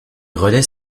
relais